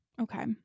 Okay